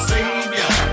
Savior